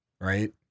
right